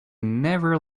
never